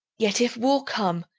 yet if war come,